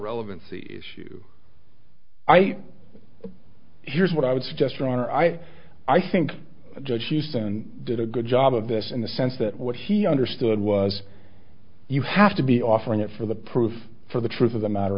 relevancy issue i here's what i would suggest for i i think judge houston did a good job of this in the sense that what he understood was you have to be offering it for the proof for the truth of the matter